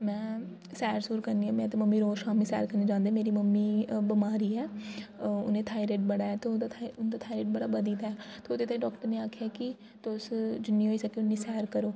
में सैर सूर करनी आं में ते मम्मी रोज़ शामीं सैर करन जांदे मेरी मम्मी अअ बमार हियां अ उ'नें ई थायराइड बड़ा ऐ ते उ'न्दा थायराइड बड़ा बधी दा ऐ ते ओह्दे ताहीं डॉक्टर ने आखेआ की तुस जि'न्नी होई सकै उ'न्नी सैर करो